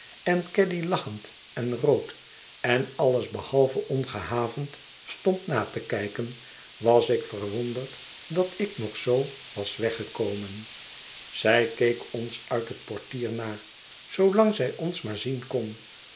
en caddy lachend en rood en alles behalve ongehavend stond na te kijken was ik verwonderd dat ik nog zoo was weggekomen zij keek ons uit het portier na zoolang zij ons maar zien kon